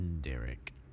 Derek